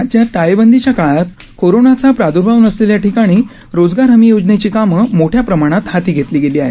राज्यात टाळेबंदीच्या काळात कोरोनाचा प्रादर्भाव नसलेल्या ठिकाणी रोजगार हमी योजनेची कामं मोठ्या प्रमाणात हाती घेतली आहेत